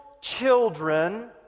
children